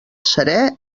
serè